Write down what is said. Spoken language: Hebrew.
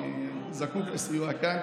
אני זקוק לסיוע כאן,